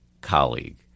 colleague